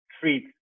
treat